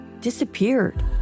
disappeared